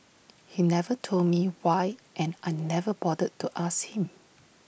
he never told me why and I never bothered to ask him